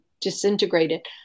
disintegrated